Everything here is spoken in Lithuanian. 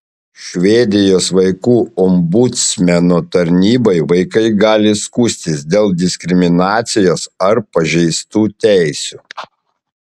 švedijos vaikų ombudsmeno tarnybai vaikai gali skųstis dėl diskriminacijos ar pažeistų teisių